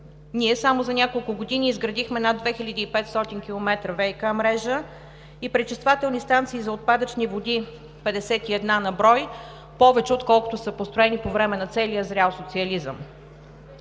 Ние само за няколко години изградихме над 2500 километра ВиК мрежа и пречиствателни станции за отпадъчни води – 51 на брой, повече отколкото са построени по време на целия зрял социализъм.